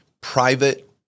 private